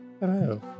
Hello